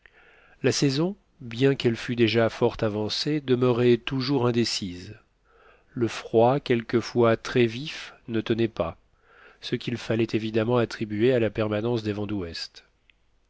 la saison bien qu'elle fût déjà fort avancée demeurait toujours indécise le froid quelquefois très vif ne tenait pas ce qu'il fallait évidemment attribuer à la permanence des vents d'ouest